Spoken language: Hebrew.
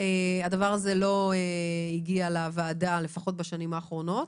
הדבר הזה לא הגיע לוועדה לפחות בשנים האחרונות.